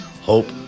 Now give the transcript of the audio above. Hope